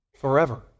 forever